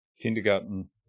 kindergarten